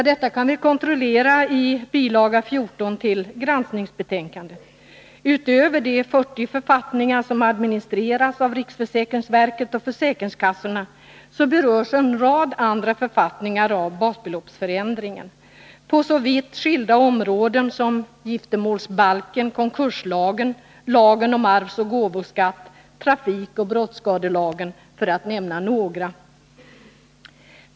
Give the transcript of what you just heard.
Detta kan vi kontrollera i bil. 14 till granskningsbetänkandet. Utöver de 40 författningar som administreras av riksförsäkringsverket och försäkringskassorna berörs en rad andra författningar av basbeloppsförändringen på vitt skilda områden — giftermålsbalken, konkurslagen, lagen om arvsoch gåvoskatt, trafikoch brottsskadelagen, för att nämna några.